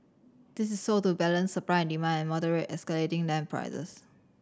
this is so as to balance supply and demand and moderate escalating land prices